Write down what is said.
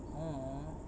!aww!